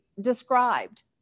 described